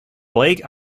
blake